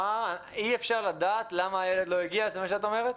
אי אפשר לדעת למה הילד לא הגיע, זה מה שאת אומרת?